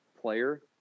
player